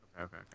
okay